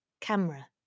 Camera